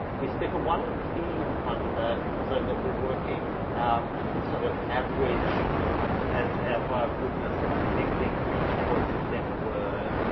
we stick a one and t in front of it, so that we're working out the sort of average as of a goodness of predicting for each choice of center word.